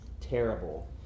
terrible